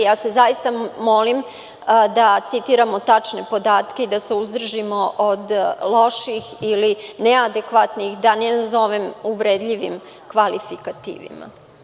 Ja molim da citiramo tačne podatke i da se uzdržimo od loših i neadekvatnih, da ne nazovem, uvredljivim, kvalifikativima.